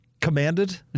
Commanded